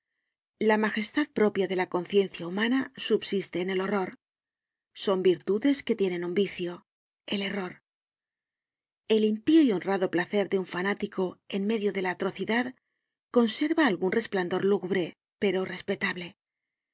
la majestad propia de la conciencia humana subsiste en el horror son virtudes que tienen un vicio el error el impío y honrado placer de un fanático en medio de la atrocidad conserva algun resplandor lúgubre pero respetable